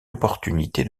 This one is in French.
opportunité